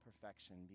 perfection